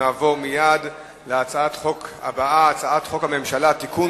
נעבור להצעת החוק הבאה: הצעת חוק הממשלה (תיקון,